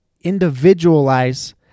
individualize